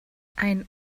ein